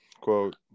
quote